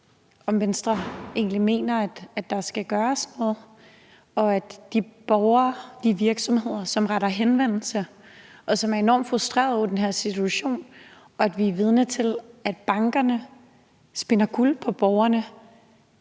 om Venstre mener, at der skal gøres noget, når der er borgere og virksomheder, som retter henvendelse, og som er enormt frustrerede over den her situation, og vi er vidner til, at bankerne spinder guld på borgerne.